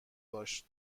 باش